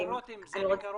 ד"ר רותם, זה בקרוב?